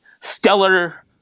stellar